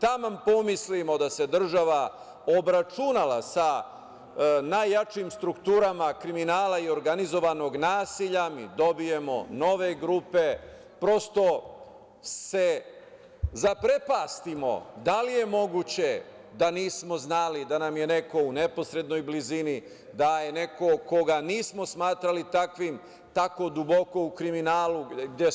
Taman pomislimo da se država obračunala sa najjačim strukturama kriminala i organizovanog nasilja, mi dobijemo nove grupe, prosto se zaprepastimo, da li je moguće da nismo znali da nam je neko u neposrednoj blizini, da je neko koga nismo smatrali takvim, tako duboko u kriminalu, gde